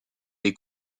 les